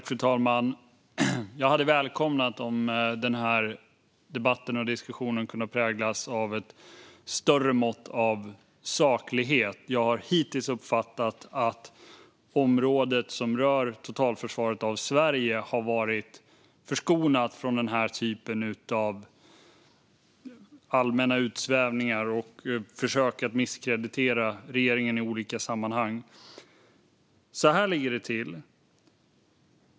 Fru talman! Jag hade välkomnat om denna debatt och diskussion hade kunnat präglas av ett större mått av saklighet. Jag har hittills uppfattat att området som rör totalförsvaret av Sverige har varit förskonat från denna typ av allmänna utsvävningar och försök att misskreditera regeringen i olika sammanhang. Så här ligger det till.